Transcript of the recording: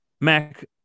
Mac